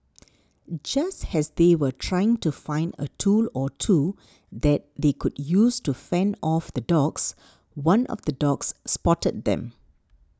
just as they were trying to find a tool or two that they could use to fend off the dogs one of the dogs spotted them